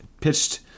pitched